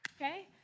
Okay